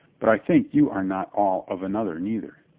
but i think you are not all of another neither.